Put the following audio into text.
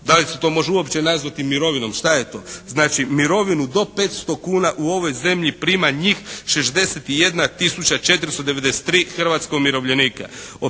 da li se to može uopće nazvati mirovinom, što je to? Znači mirovinu do 500 kuna u ovoj zemlji prima njih 61493 hrvatska umirovljenika.